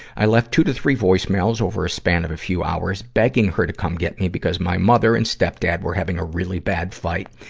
i left two to three voicemails over a span of a few hours, begging her to come get me because my mother and stepdad were having a really bad fight,